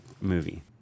movie